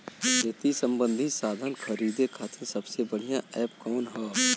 खेती से सबंधित साधन खरीदे खाती सबसे बढ़ियां एप कवन ह?